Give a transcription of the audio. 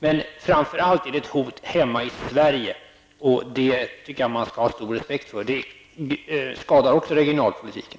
Men framför allt är det ett hot hemma i Sverige. Jag tycker att man skall ha stor respekt för detta, det skadar också regionalpolitiken.